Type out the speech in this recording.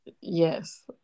yes